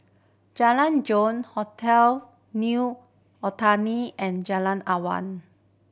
Jalan Jong Hotel New Otani and Jalan Awan